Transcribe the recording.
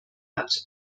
hat